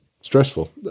stressful